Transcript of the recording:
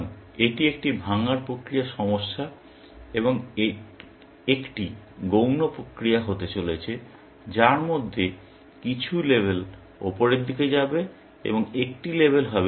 সুতরাং এটি একটি ভাঙার প্রক্রিয়ার সমস্যা এবং একটি গৌণ প্রক্রিয়া হতে চলেছে যার মধ্যে কিছু লেবেল উপরের দিকে যাবে এবং একটি লেবেল হবে সল্ভড লেবেল